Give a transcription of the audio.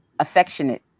affectionate